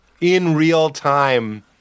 in-real-time